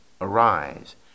Arise